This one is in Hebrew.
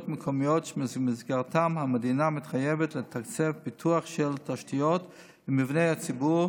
מקומיות שבמסגרתן המדינה מתחייבת לתקצב פיתוח של תשתיות ומבני הציבור